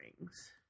rings